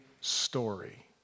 story